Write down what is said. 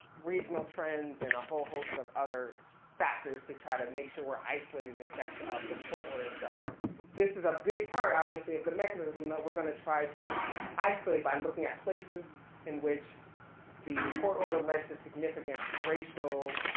regional trends and a whole host of other factors to try to make sure we're isolating the effects of the court order itself, but this is a big part obviously of the mechanism that we're gonna try to isolate by looking at places in which the court order led to significant racial